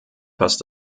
passt